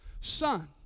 son